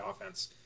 offense